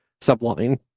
subline